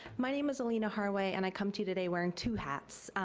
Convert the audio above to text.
my name is alina harway and i come to you today wearing two hats.